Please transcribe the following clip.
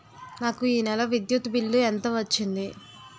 నాకు ఈ నెల విద్యుత్ బిల్లు ఎంత వచ్చింది?